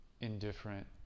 indifferent